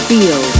Feel